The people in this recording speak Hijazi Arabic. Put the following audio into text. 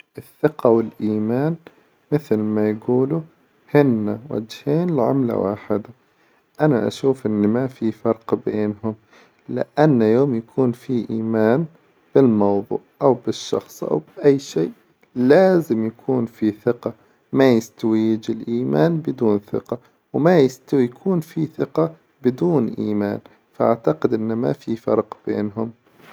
الثقة والإيمان مثل ما يقولوا هن وجهين لعملة واحدة، أنا أشوف إن ما في فرق بينهم، لأن يوم يكون في إيمان بالموظوع أو بالشخص أو بأي شيء لازم يكون في ثقة، ما يستوي يجي الإيمان بدون ثقة، وما يستوي يكون في ثقة بدون إيمان، فأعتقد إن ما في فرق بينهم.